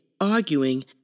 arguing